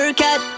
cat